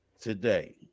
today